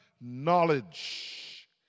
knowledge